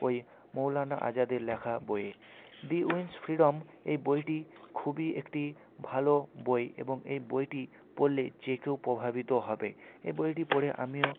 ওই মৌলানা আজাদের লেখা বইয়ে দি উইন্স ফ্রিডম এই বইটি খুবই একটি ভালো বই এবং এ বইটি পড়লে যে কেউ প্রভাবিত হবে এ বইটি পড়ে আমিও